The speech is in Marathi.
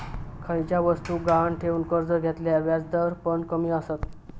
खयच्या वस्तुक गहाण ठेवन कर्ज घेतल्यार व्याजदर पण कमी आसतत